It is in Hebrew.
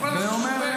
שיעור ב',